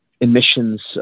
emissions